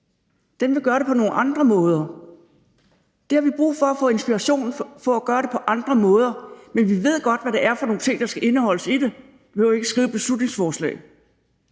Den vil gøre tingene på nogle andre måder, og vi har brug for at få inspiration for at kunne gøre tingene på andre måder, men vi ved godt, hvad det er for nogle ting, der skal indeholdes i det – det behøver vi ikke skrive i et beslutningsforslag.